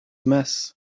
mess